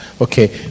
okay